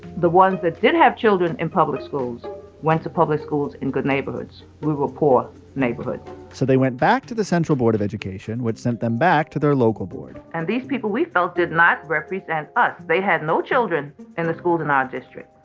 the ones that did have children in public schools went to public schools in good neighborhoods. we were a poor neighborhood so they went back to the central board of education, which sent them back to their local board and these people, we felt, did not represent us. they had no children in and the schools in our district.